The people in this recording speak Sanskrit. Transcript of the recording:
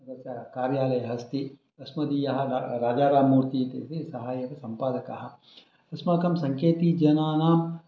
तस्य कार्यालयः अस्ति अस्मदीयाः राजाराममूर्ति इति सहायकसम्पादकाः अस्माकं सङ्केतीजनानां